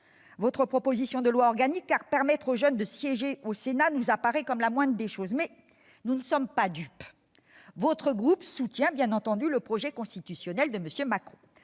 votre proposition de loi organique, car permettre aux jeunes de siéger au Sénat nous paraît être la moindre des choses. Mais nous ne sommes pas dupes. Votre groupe soutient, bien entendu, le projet constitutionnel de M. Macron.